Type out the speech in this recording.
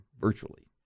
virtually